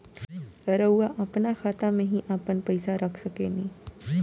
रउआ आपना खाता में ही आपन पईसा रख सकेनी